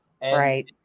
Right